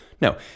No